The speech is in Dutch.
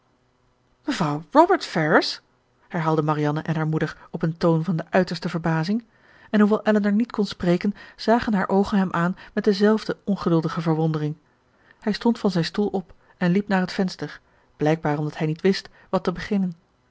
mevrouw robert ferrars herhaalden marianne en hare moeder op een toon van de uiterste verbazing en hoewel elinor niet kon spreken zagen hare oogen hem aan met de zelfde ongeduldige verwondering hij stond van zijn stoel op en liep naar het venster blijkbaar omdat hij niet wist wat te beginnen